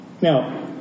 Now